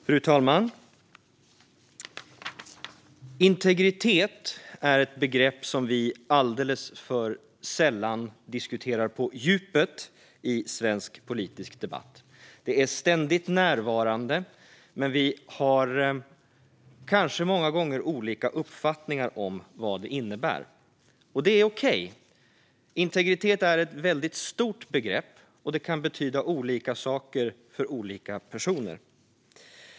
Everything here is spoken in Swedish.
Fru talman! Integritet är ett begrepp som vi alldeles för sällan diskuterar på djupet i svensk politisk debatt. Det är ständigt närvarande, men vi har kanske många gånger olika uppfattningar om vad det innebär. Det är okej. Integritet är ett väldigt stort begrepp, och det kan betyda olika saker för olika personer.